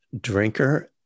drinker